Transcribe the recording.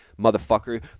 motherfucker